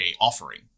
offering